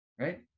right